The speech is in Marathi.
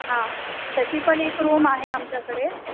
हां तशी पण एक रूम आहे आमच्याकडे